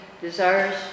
desires